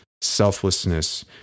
selflessness